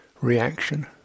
reaction